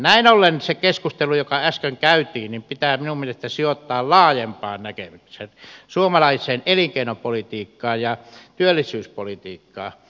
näin ollen se keskustelu joka äsken käytiin pitää minun mielestäni sijoittaa laajempaan näkemykseen suomalaiseen elinkeinopolitiikkaan ja työllisyyspolitiikkaan